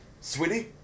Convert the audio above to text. Sweetie